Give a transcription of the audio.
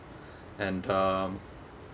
and um